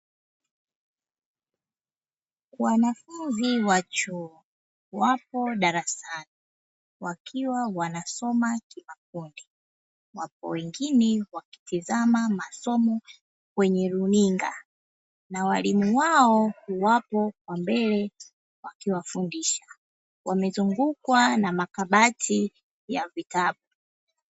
Wanafunzi wa chuo wapo darasani, wakiwa wanasoma kimakundi, wapo wengine wakitazama masomo kwenye runinga. Na waalimu wao wapo kwa mbele, wakiwafundisha. Wamezungukwa na makabati ya vitabu.